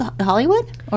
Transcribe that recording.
Hollywood